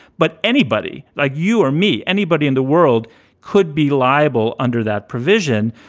but anybody like you or me, anybody in the world could be liable under that provision.